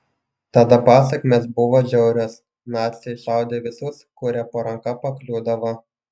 tada pasekmės buvo žiaurios naciai šaudė visus kurie po ranka pakliūdavo